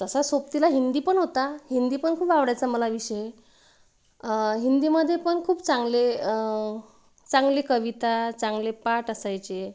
तसा सोबतीला हिंदी पण होता हिंदी पण खूप आवडायचा मला विषय हिंदीमध्ये पण खूप चांगले चांगली कविता चांगले पाठ असायचे